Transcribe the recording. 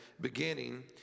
beginning